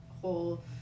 whole